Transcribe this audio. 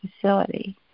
facility